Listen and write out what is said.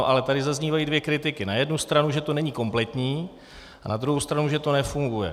Ale tady zaznívají dvě kritiky: na jednu stranu, že to není kompletní, a na druhou stranu, že to nefunguje.